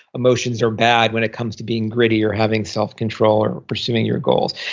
emotions are bad when it comes to being gritty or having self-control or pursuing your goals.